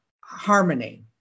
harmony